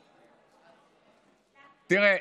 תראה,